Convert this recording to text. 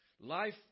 Life